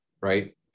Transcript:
right